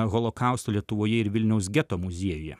holokausto lietuvoje ir vilniaus geto muziejuje